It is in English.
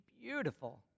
beautiful